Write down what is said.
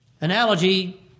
Analogy